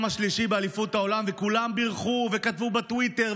השלישי באליפות העולם וכולם בירכו וכתבו בטוויטר,